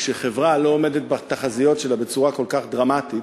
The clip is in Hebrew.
כשחברה לא עומדת בתחזיות שלה בצורה כל כך דרמטית,